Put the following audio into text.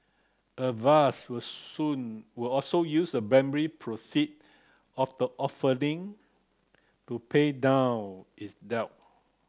avast will soon will also use the primary proceed of the offering to pay down its debt